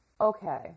Okay